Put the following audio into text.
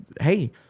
Hey